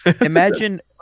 Imagine